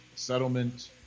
settlement